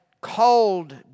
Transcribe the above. called